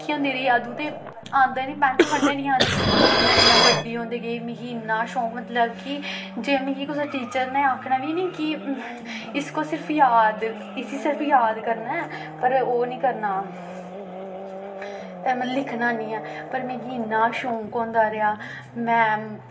निक्की होंदी रेही अदूं ते औंदी निं ही पैंसल फड़नी हैन्नी ही औंदी पर जियां जियां बड्डी होंदी गेई ते मिगी इन्ना शौक मतलब कि जे मिगी कुसै टीचर ने आखना बी निं कि इसको सिर्फ याद इस्सी सिर्फ याद करना ऐ पर ओह् निं करना लिखना हैन्नी ऐ पर मिगी इन्ना शौक होंदा रेहा में